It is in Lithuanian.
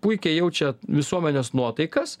puikiai jaučia visuomenės nuotaikas